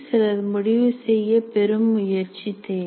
சிலர் முடிவுசெய்ய பெரும் முயற்சி தேவை